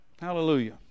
hallelujah